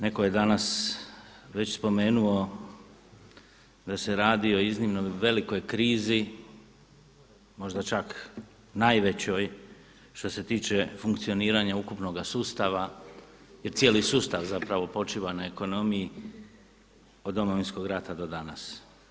Netko je danas već spomenuo da se radi o iznimno velikoj krizi, možda čak najvećoj što se tiče funkcioniranja ukupnoga sustava jer cijeli sustav zapravo počiva na ekonomiji od Domovinskog rata do danas.